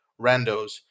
randos